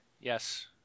yes